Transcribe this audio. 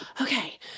okay